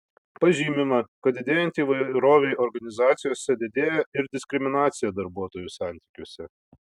pažymima kad didėjant įvairovei organizacijose didėja ir diskriminacija darbuotojų santykiuose